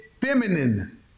feminine